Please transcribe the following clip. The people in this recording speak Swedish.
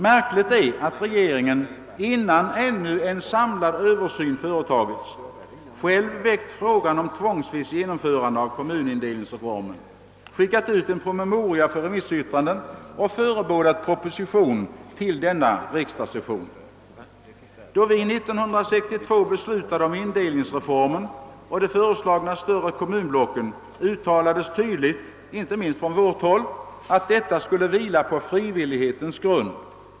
Märkligt är att regeringen — innan ännu en samlad översyn företagits — själv väckt frågan om tvångsvis genomförande av kommunindelningsreformen, skickat ut en promemoria för remissyttranden och förebådat proposition till denna riksdagssession. Då riksdagen 1962 beslutade om indelningsreformen och de föreslagna större kommunblocken, uttalades tydligt, inte minst från vårt håll, att indelningen skulle vila på frivillighetens grund.